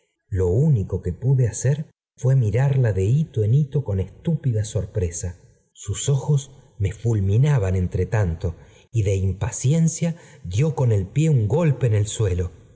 lo único que pude hacer fuá mirarla de hito en hito con estúpida sorpresa sus ojos me fulminabatí entretanto y de impaciencia dió con el pie un golpe en el suelo